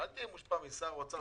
אל תהיה מושפע משר האוצר,